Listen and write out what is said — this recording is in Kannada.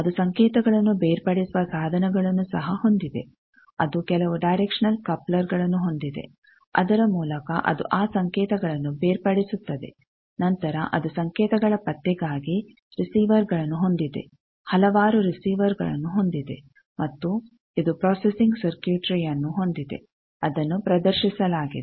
ಅದು ಸಂಕೇತಗಳನ್ನು ಬೇರ್ಪಡಿಸುವ ಸಾಧನಗಳನ್ನು ಸಹ ಹೊಂದಿದೆ ಅದು ಕೆಲವು ಡೈರೆಕ್ಷನಲ್ ಕಪ್ಲರ್ಗಳನ್ನು ಹೊಂದಿದೆ ಅದರ ಮೂಲಕ ಅದು ಆ ಸಂಕೇತಗಳನ್ನು ಬೇರ್ಪಡಿಸುತ್ತದೆ ನಂತರ ಅದು ಸಂಕೇತಗಳ ಪತ್ತೆಗಾಗಿ ರಿಸೀವರ್ ಗಳನ್ನು ಹೊಂದಿದೆ ಹಲವಾರು ರಿಸೀವರ್ಗಳನ್ನು ಹೊಂದಿದೆ ಮತ್ತು ಇದು ಪ್ರೊಸೆಸಿಂಗ್ ಸರ್ಕ್ಯೂಟ್ರಿಯನ್ನು ಹೊಂದಿದೆ ಅದನ್ನು ಪ್ರದರ್ಶಿಸಲಾಗಿದೆ